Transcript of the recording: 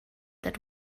that